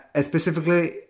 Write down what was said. specifically